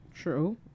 true